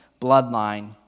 bloodline